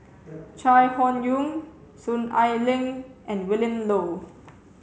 Chai Hon Yoong Soon Ai Ling and Willin Low